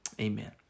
amen